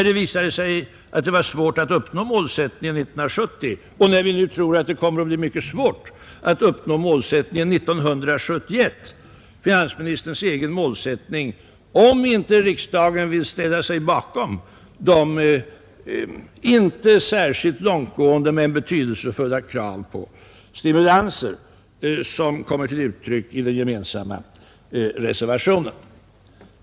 Det visade sig att det var svårt att uppnå målsättningen år 1970, och nu tror vi att det kommer att bli mycket svårt att uppnå målsättningen för 1971 — finansministerns egen målsättning — om inte riksdagen vill ställa sig bakom de inte särskilt långtgående men betydelsefulla krav på ytterligare stimulerande åtgärder som vi framfört i vår gemensamma reservation.